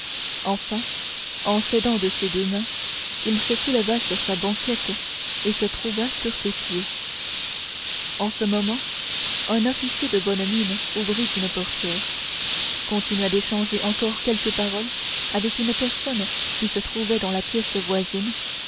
enfin en s'aidant de ses deux mains il se souleva sur sa banquette et se trouva sur ses pieds en ce moment un officier de bonne mine ouvrit une portière continua d'échanger encore quelques paroles avec une personne qui se trouvait dans la pièce voisine